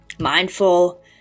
mindful